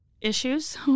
issues